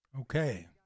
Okay